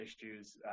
issues